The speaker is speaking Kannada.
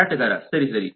ಮಾರಾಟಗಾರ ಸರಿ ಸರಿ